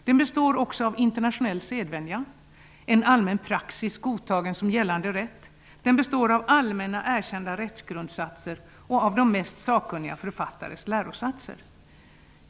Den består också av internationell sedvänja -- en allmän praxis, godtagen som gällande rätt. Den består av allmänna erkända rättsgrundsatser och av de mest sakkunniga författares lärosatser.